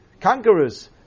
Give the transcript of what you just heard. conquerors